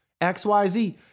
XYZ